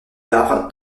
gare